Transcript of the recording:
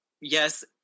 Yes